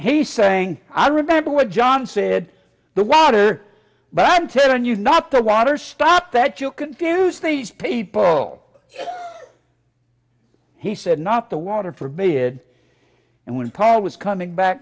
he saying i remember what john said the water but i am telling you not the water stop that you confuse these people he said not the water for me it and when paul was coming back